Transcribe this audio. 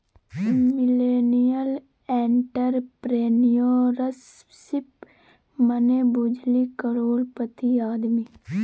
millennial entrepreneurship मने बुझली करोड़पति आदमी